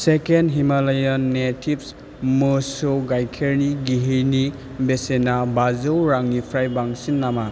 से केन Himalayan natives मोसौ गाइखेरनि घिहिनि बेसेना बाजौ रांनिफ्राय बांसिन नामा